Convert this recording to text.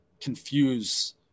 confuse